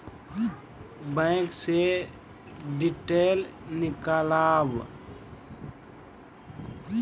Bank से detail नीकालव?